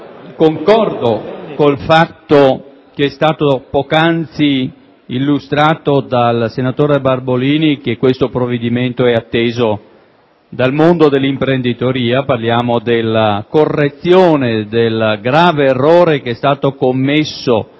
concordo con quanto poc'anzi illustrato dal senatore Barbolini: questo provvedimento è atteso dal mondo dell'imprenditoria; parliamo della correzione del grave errore commesso